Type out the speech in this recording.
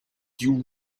you